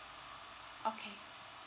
okay